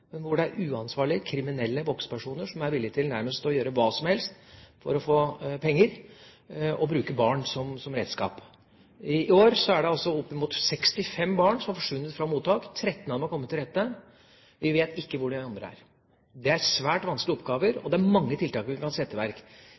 men uansvarlige, kriminelle voksenpersoner som er villige til å gjøre nærmest hva som helst for å få penger, og bruker barn som redskap. I år er opp mot 65 barn forsvunnet fra mottak. Tretten av dem er kommet til rette. Vi vet ikke hvor de andre er. Det er svært vanskelige oppgaver, men det er mange tiltak vi kan sette i verk.